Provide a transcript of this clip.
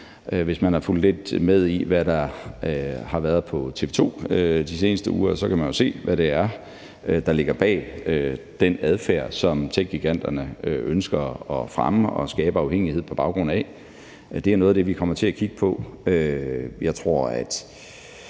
Hvis man har fulgt lidt med i, hvad der har været på TV 2 de seneste uger, kan man jo se, hvad det er, der ligger bag den adfærd, som techgiganterne ønsker at fremme og skabe en afhængighed på baggrund af, og det er noget af det, vi kommer til at kigge på. Jeg tror jo,